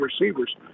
receivers